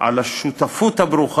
מבשר לנו על השותפות הברוכה